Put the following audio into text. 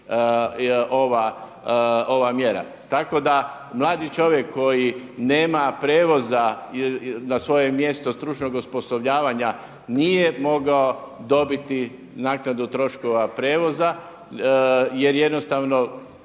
ova mjera. Tako da mladi čovjek koji nema prijevoza na svoje mjesto stručnog osposobljavanja nije mogao dobiti naknadu troškova prijevoza jer jednostavno